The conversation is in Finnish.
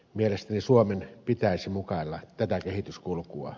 mielestäni suomen pitäisi mukailla tätä kehityskulkua